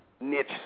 niche